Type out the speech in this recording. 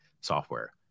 software